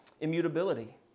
immutability